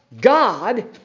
God